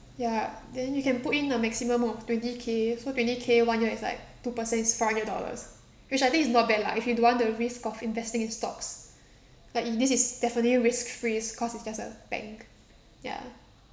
ya then you can put in a maximum of twenty K so twenty K one year is like two percent it's four hundred dollars which I think is not bad lah if you don't want the risk of investing in stocks like it this is definitely risk free it's cause it's just a bank ya